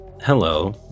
Hello